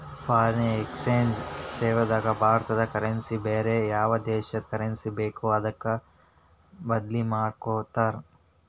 foreign exchange ಸೇವಾದಾಗ ಭಾರತದ currency ನ ಬ್ಯಾರೆ ಯಾವ್ ದೇಶದ್ ಕರೆನ್ಸಿ ಬೇಕೊ ಅದಕ್ಕ ಬದ್ಲಿಮಾದಿಕೊಡ್ತಾರ್